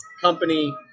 company